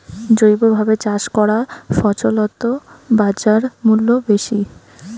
জৈবভাবে চাষ করা ফছলত বাজারমূল্য বেশি